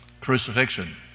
crucifixion